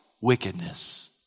wickedness